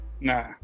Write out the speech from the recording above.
nah